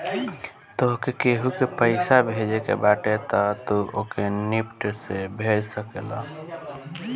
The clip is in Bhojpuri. तोहके केहू के पईसा भेजे के बाटे तअ तू ओके निफ्ट से भेज सकेला